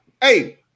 hey